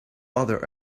other